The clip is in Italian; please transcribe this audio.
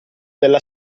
della